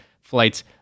flights